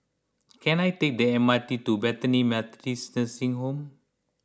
can I take the M R T to Bethany Methodist Nursing Home